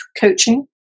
coaching